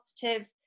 positive